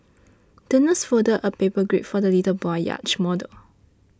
the nurse folded a paper grey for the little boy's yacht model